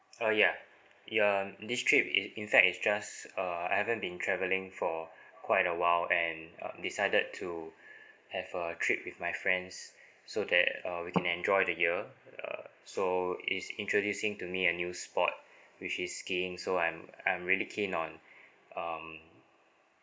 uh ya uh in this trip in~ in fact is just uh I haven't been travelling for quite a while and um decided to have a trip with my friends so that uh we can enjoy the year uh so is introducing to me a new sport which is skiing so I'm I'm really keen on um